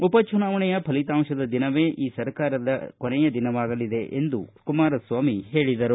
ಉಪ ಚುನಾವಣೆಯ ಫಲಿತಾಂಶದ ದಿನವೇ ಈ ಸರ್ಕಾರದ ಕೊನೆಯ ದಿನವಾಗಲಿದೆ ಎಂದು ಕುಮಾರಸ್ವಾಮಿ ಹೇಳಿದರು